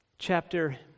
Chapter